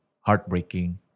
heartbreaking